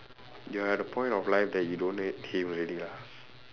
you are at the point of life that you don't hate him already lah